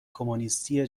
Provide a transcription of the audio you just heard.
کمونیستی